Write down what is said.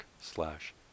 slash